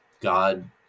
God